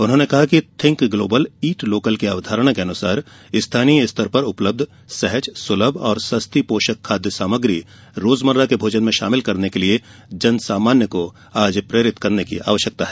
उन्होंने कहा कि थिंक ग्लोबल ईट लोकल की अवधारणा के अनुसार स्थानीय स्तर पर उपलब्ध सहज सुलभ और सस्ती पोषक खाद्य सामग्री रोजमर्रा के भोजन में शाभिल करने के लिये जन सामान्य को प्रेरित करने की आवश्यकता है